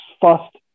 fast